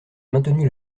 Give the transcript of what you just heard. maintenu